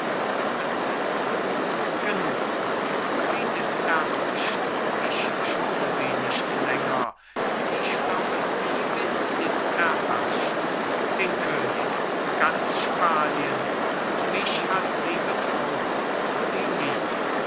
prinzessin genug sie ist erhascht ich schone sie nicht länger die schlaue diebin ist erhascht den könig ganz spanien und mich hat sie betrogen sie liebt